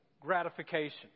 gratification